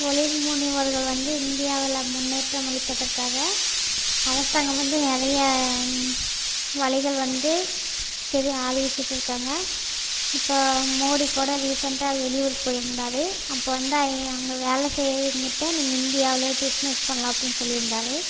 தொழில் முனைவோர்கள் வந்து இந்தியாவில் முன்னேற்றம் அளிப்பதற்காக அரசாங்கம் வந்து நிறைய வழிகள் வந்து தெரிய அறிவிச்சுட்ருக்காங்க இப்போது மோடிக் கூட ரீசன்ட்டாக வெளியூர் போயிருந்தார் அப்போ வந்து ஐ அங்கே வேலை செய்கிறவிங்கிட்ட நீங்கள் இந்தியாவில் பிஸ்னஸ் பண்ணலாம் அப்டின்னு சொல்லியிருந்தாரு